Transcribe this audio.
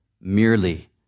merely